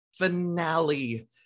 finale